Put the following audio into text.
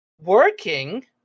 working